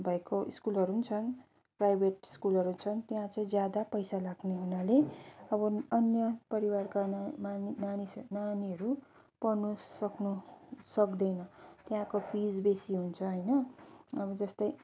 भएको स्कुलहरूम् छन् प्राइभेट स्कुलहरू छन् त्यहाँ चाहिँ ज्यादा पैसा लाग्ने हुनाले अब अन्य परिवारका नानीहरू पढ्नु सक्नु सक्दैन त्यहाँको फिस बेसी हुन्छ हैन अब जस्तै